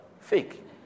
Fake